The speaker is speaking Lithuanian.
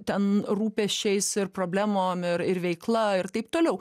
ten rūpesčiais ir problemom ir ir veikla ir taip toliau